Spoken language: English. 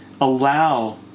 allow